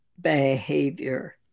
behavior